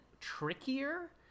trickier